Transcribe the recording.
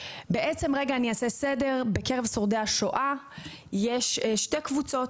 אני אעשה סדר: בקרב שורדי השואה יש שתי קבוצות.